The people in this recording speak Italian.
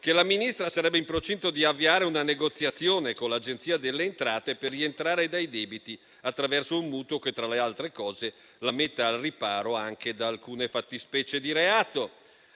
che la Ministra sarebbe in procinto di avviare una negoziazione con l'Agenzia delle entrate per rientrare dai debiti attraverso un mutuo che, tra le altre cose, la metta al riparo anche da alcune fattispecie di reato.